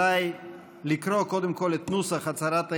עליי לקרוא קודם כול את נוסח הצהרת האמונים,